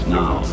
now